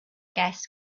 gas